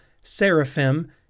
seraphim